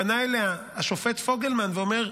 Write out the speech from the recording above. פנה אליה השופט פוגלמן ואומר,